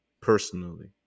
personally